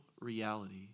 reality